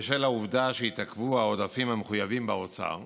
בשל העובדה שהתעכבו העודפים המחויבים באוצר,